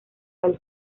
del